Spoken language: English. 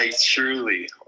truly